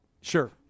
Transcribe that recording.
sure